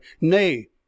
nay